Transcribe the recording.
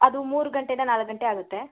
ಅದು ಮೂರು ಗಂಟೆಯಿಂದ ನಾಲ್ಕು ಗಂಟೆ ಆಗುತ್ತೆ